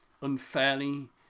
unfairly